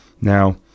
Now